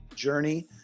journey